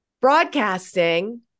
broadcasting